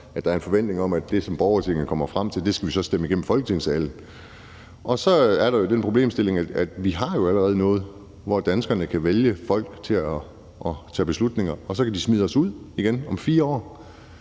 at der er en forventning om, at det, som borgertinget kommer frem til, skal vi så stemme igennem i Folketingssalen. Så er der den problemstilling, at vi jo allerede har et system, hvor danskerne kan vælge folk til at tage beslutninger, og hvor de så kan smide os ud igen om 4 år.